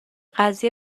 قضیه